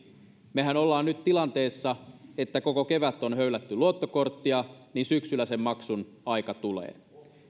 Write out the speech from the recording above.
mehän ollaan nyt sellaisessa tilanteessa että koko kevät on höylätty luottokorttia ja syksyllä sen maksun aika tulee